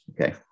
Okay